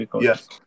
yes